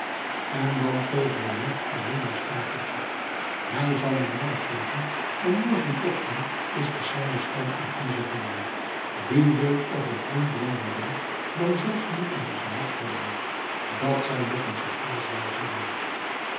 en dan tegen den nacht alweer naar stauffacher hij zal mij mannen geven en morgenochtend is de sarnenstein in onze handen wie weet of we vriend landenberg dan zelfs niet in onze macht hebben dat zou nog eens een gijzelaar zijn